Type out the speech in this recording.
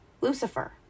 Lucifer